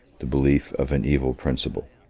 the belief of an evil principle.